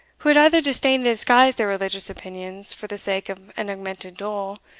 who had either disdained to disguise their religious opinions for the sake of an augmented dole,